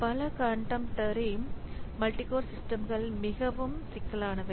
பல contemporary multi core சிஸ்டம்கள் மிகவும் சிக்கலானவை